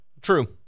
True